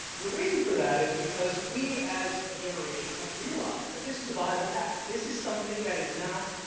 and the reason for that is because we as a generation have realized that this is a viable path. this is something that is not,